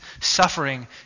suffering